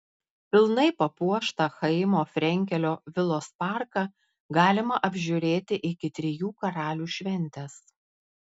pilnai papuoštą chaimo frenkelio vilos parką galima apžiūrėti iki trijų karalių šventės